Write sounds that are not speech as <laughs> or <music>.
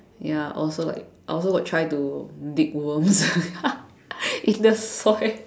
ya also like I also got try to dig worms <laughs> in the soil <laughs>